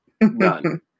None